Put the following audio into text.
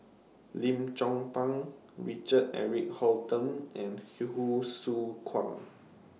Lim Chong Pang Richard Eric Holttum and Hsu Tse Kwang